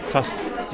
Fast